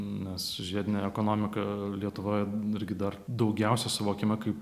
nes žiedinė ekonomika lietuvoje irgi dar daugiausia suvokiama kaip